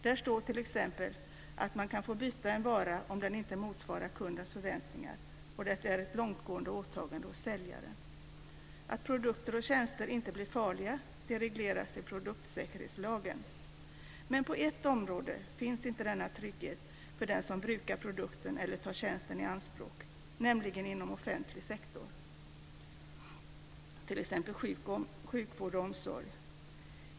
Där står t.ex. att man kan få byta en vara om den inte motsvarar kundens förväntningar, och det är ett långtgående åtagande hos säljaren. Att produkter och tjänster inte blir farliga regleras i produktsäkerhetslagen. Men på ett område finns inte denna trygghet för den som brukar produkten eller tar tjänsten i anspråk, nämligen inom offentlig sektor. Det gäller t.ex. sjukvård och omsorg.